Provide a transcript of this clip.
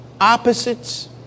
Opposites